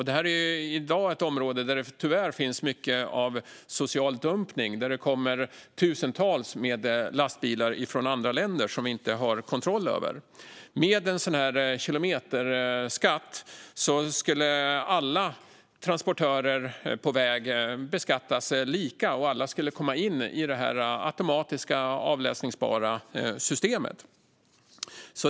Detta är ett område där det i dag tyvärr finns mycket av social dumpning. Det kommer tusentals lastbilar från andra länder, som vi inte har kontroll över. Med en sådan här kilometerskatt skulle alla transportörer på väg beskattas lika och komma in i det automatiska, avläsningsbara systemet.